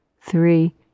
three